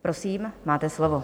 Prosím, máte slovo.